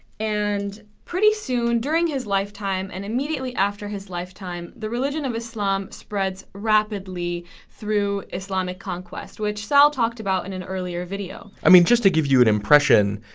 and pretty soon during his lifetime and immediately after his lifetime, the religion of islam spreads rapidly through islamic conquests, which saul talked about in an earlier video. i mean, just to give you an impression,